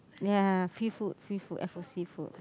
ya free food free food f_o_c food